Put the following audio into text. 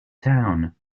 town